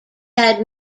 had